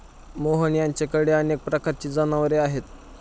मोहन यांच्याकडे अनेक प्रकारची जनावरे आहेत